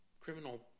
criminal